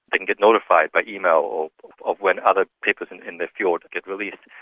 they can get notified by email ah of when other papers in in their field get released,